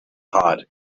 hot